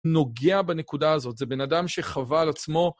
נוגע בנקודה הזאת, זה בן אדם שחווה על עצמו...